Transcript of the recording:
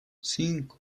cinco